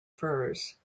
furs